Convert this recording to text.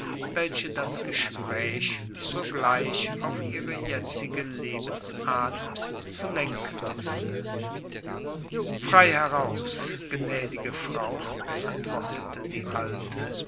welche das gespräch sogleich auf ihre jetzige lebensart zu lenken wußte frei heraus gnädige frau antwortete die alte